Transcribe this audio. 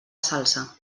salsa